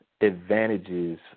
advantages